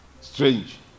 strange